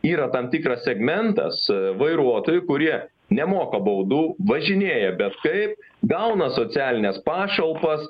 yra tam tikras segmentas vairuotojų kurie nemoka baudų važinėja bet kaip gauna socialines pašalpas